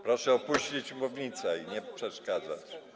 Proszę opuścić mównicę i nie przeszkadzać.